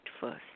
first